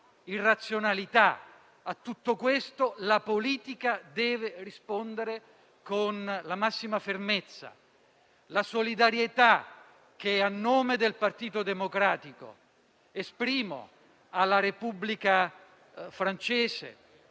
irrazionalità. A tutto questo la politica deve rispondere con la massima fermezza. Esprimo solidarietà, a nome del Partito Democratico, alla Repubblica francese,